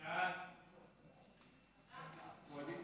ההצעה